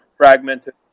Fragmented